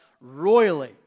royally